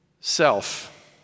self